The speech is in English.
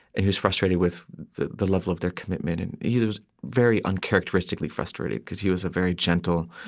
and he was frustrated with the the level of their commitment. and he was very uncharacteristically frustrated, because he was a very gentle,